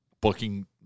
booking